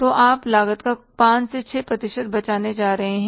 तो आप लागत का 5 से 6 प्रतिशत बचाने जा रहे हैं